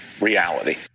reality